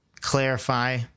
clarify